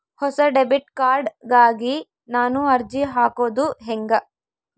ಹೊಸ debit card ಗಾಗಿ ನಾನು ಅರ್ಜಿ ಹಾಕೊದು ಹೆಂಗ?